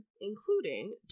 including